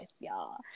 y'all